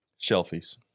Shelfies